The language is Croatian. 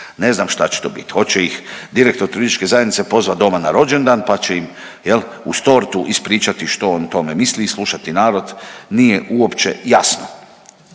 Ne znam šta će to bit, hoće ih direktor turističke zajednice pozvat doma na rođendan, pa će im jel' uz tortu ispričati što on o tome misli i slušati narod nije uopće jasno.